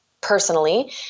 personally